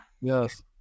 Yes